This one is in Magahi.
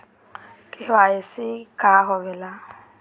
के.वाई.सी का होवेला?